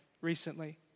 recently